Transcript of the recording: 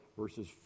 verses